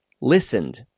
Listened